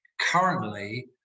Currently